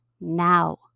now